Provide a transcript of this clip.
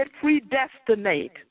predestinate